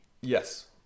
Yes